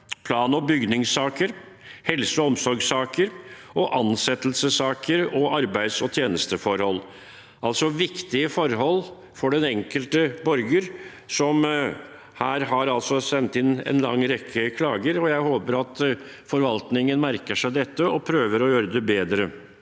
plan- og bygningssaker, helse- og omsorgssaker og ansettelsessaker og arbeids- og tjenesteforhold. Det er altså viktige forhold for den enkelte borger, og det er sendt inn en lang rekke klager. Jeg håper forvaltningen merker seg dette og prøver å gjøre det bedre.